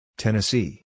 Tennessee